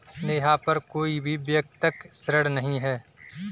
नेहा पर कोई भी व्यक्तिक ऋण नहीं है